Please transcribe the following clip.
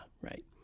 right